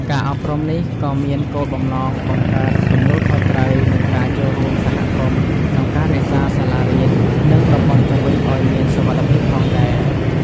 ការអប់រំនេះក៏មានគោលបំណង បង្កើតទំនួលខុសត្រូវ និងការចូលរួមសហគមន៍ ក្នុងការរក្សាសាលារៀន និងតំបន់ជុំវិញឱ្យមានសុវត្ថិភាពផងដែរ។